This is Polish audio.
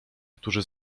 którzy